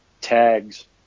tags